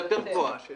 בעצם